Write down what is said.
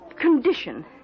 condition